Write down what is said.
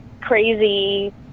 crazy